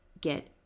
get